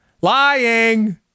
Lying